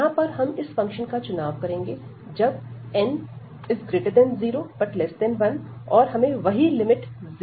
यहां पर हम इस फंक्शन का चुनाव करेंगे जब 0n1 और हमें वही लिमिट 0 मिलेगी